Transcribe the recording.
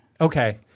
Okay